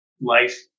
life